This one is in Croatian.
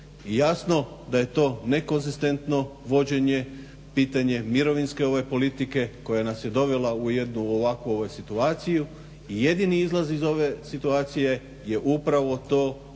jasno da je to nekonzistentno vođenje, pitanje mirovinske politike koja nas je dovela u jednu ovakvu situaciju i jedini izlaz iz ove situacije je upravo to